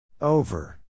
Over